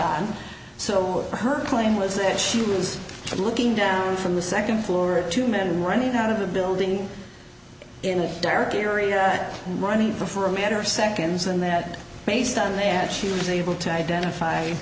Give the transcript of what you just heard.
on so her claim was that she was looking down from the second floor or two men running out of the building in a dark area running for for a matter of seconds and that based on the ad she was able to identify